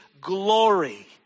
glory